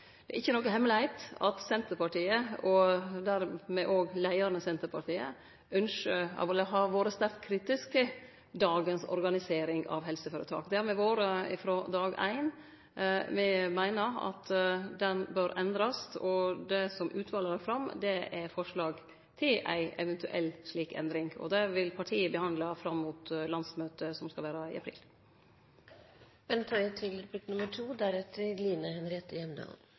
Det er ikkje nokon hemmelegheit at Senterpartiet, og dermed òg leiaren av Senterpartiet, har vore sterkt kritisk til dagens organisering av helseføretak. Det har me vore frå dag éin. Me meiner at ho bør endrast, og det som utvalet har lagt fram, er eit forslag til ei eventuell slik endring. Det vil partiet behandle fram mot landsmøtet, som skal vere i april. Jeg forstår det da dit hen at Senterpartiet fortsatt er kritisk og har et annet syn på dette enn regjeringspartneren Arbeiderpartiet. Men